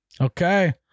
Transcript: Okay